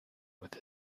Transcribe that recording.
with